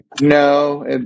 No